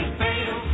fail